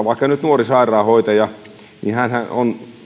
vaikka nyt nuori sairaanhoitaja tavallisella palkalla on